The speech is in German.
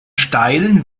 steilen